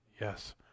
Yes